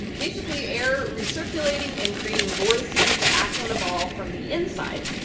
and basically, air recirculating and creating vortices that act on the ball from the inside.